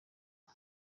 ubu